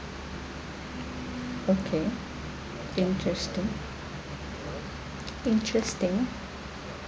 okay interesting interesting